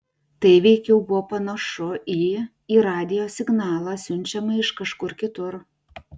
tai veikiau buvo panašu į į radijo signalą siunčiamą iš kažkur kitur